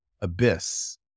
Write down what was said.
abyss